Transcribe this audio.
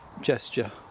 gesture